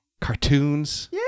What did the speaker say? Cartoons